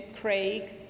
Craig